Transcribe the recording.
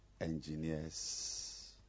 engineers